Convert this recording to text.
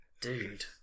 Dude